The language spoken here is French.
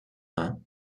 hein